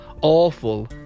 awful